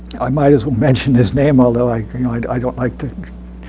i might as well mention his name, although i i don't like to.